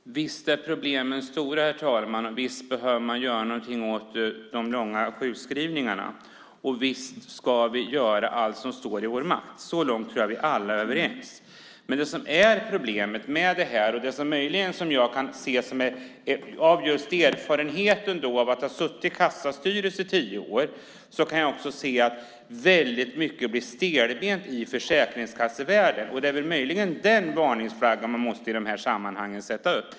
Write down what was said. Herr talman! Visst är problemen stora, och visst behöver man gör något åt de långa sjukskrivningarna. Visst ska vi göra allt som står i vår makt. Så långt tror jag att vi alla är överens. Jag har erfarenhet av att ha suttit i kassastyrelser i tio år och jag ser att mycket blir stelbent i försäkringskassevärlden. Det är möjligen den varningsflaggan man måste sätta upp.